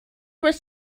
was